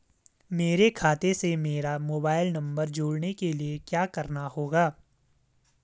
मेरे खाते से मेरा मोबाइल नम्बर जोड़ने के लिये क्या करना होगा?